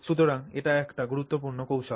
সুতরাং এটি একটি গুরুত্বপূর্ণ কৌশল